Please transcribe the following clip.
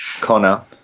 Connor